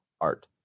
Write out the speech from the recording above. art